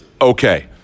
okay